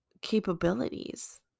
capabilities